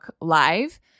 live